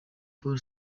paul